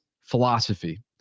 philosophy